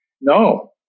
no